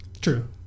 True